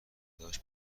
داشت